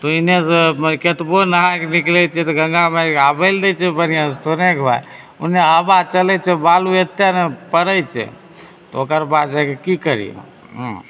पहिने से कतबो नहाके निकलैत छियै तऽ गङ्गा माइ आबै लऽ दै छै बढ़िआँ से थोड़ेकबा उन्ने हबा चलैत छै बालू एत्ते ने पड़ैत छै ओकर बाद हय की की करिए